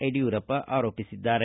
ಯಡಿಯೂರಪ್ಪ ಆರೋಪಿಸಿದ್ದಾರೆ